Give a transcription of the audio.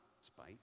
spite